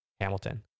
Hamilton